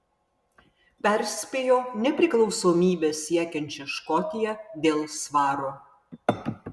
perspėjo nepriklausomybės siekiančią škotiją dėl svaro